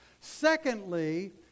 Secondly